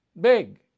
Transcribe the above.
Big